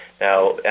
Now